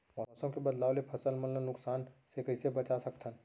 मौसम के बदलाव ले फसल मन ला नुकसान से कइसे बचा सकथन?